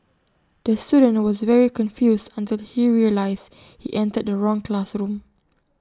the student was very confused until he realised he entered the wrong classroom